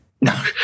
No